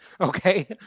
okay